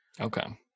Okay